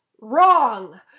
Wrong